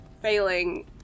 failing